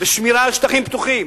ובשמירה על שטחים פתוחים.